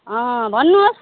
भन्नुहोस्